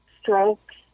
strokes